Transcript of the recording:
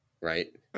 right